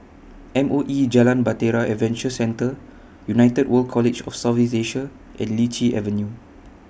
M O E Jalan Bahtera Adventure Centre United World College of South East Asia and Lichi Avenue